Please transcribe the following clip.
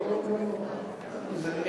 האור חזר.